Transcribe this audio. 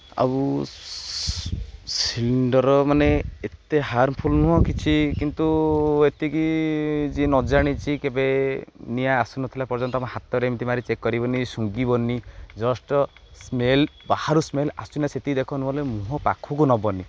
ଆଉ ସିଲିଣ୍ଡର୍ ମାନେ ଏତେ ହାର୍ମ୍ଫୁଲ୍ ନୁହଁ କିଛି କିନ୍ତୁ ଏତିକି ଯିଏ ନ ଜାଣିଛି କେବେ ନିଆଁ ଆସୁନଥିଲା ପର୍ଯ୍ୟନ୍ତ ଆମ ହାତରେ ଏମିତି ମାରି ଚେକ୍ କରିବନି ଶୁଙ୍ଘିବନି ଜଷ୍ଟ୍ ସ୍ମେଲ୍ ବାହାରୁ ସ୍ମେଲ୍ ଆସୁଛି ନା ସେତିକି ଦେଖ ନହେଲେ ମୁହଁ ପାଖକୁ ନେବନି